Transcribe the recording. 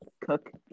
cook